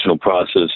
process